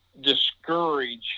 discourage